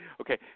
Okay